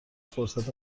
فرصت